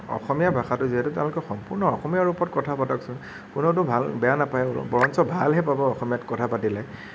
অসমীয়া ভাষাটো যিহেতু তেওঁলোকে সম্পূৰ্ণ অসমীয়া ৰূপত কথা পাতকচোন কোনেওতো ভাল বেয়া নাপায় বৰঞ্চ ভাল হে পাব অসমীয়াত কথা পাতিলে